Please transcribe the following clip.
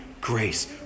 Grace